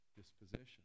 disposition